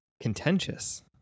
Contentious